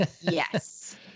Yes